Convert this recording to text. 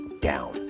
down